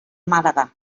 màlaga